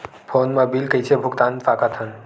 Phone मा bill कइसे भुक्तान साकत हन?